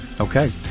Okay